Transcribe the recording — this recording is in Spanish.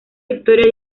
victoria